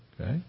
Okay